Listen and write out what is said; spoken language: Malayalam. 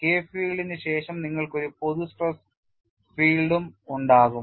കെ ഫീൽഡിന് ശേഷം നിങ്ങൾക്ക് ഒരു പൊതു സ്ട്രെസ് ഫീൽഡ് ഉണ്ടാകും